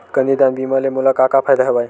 कन्यादान बीमा ले मोला का का फ़ायदा हवय?